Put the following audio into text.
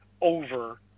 over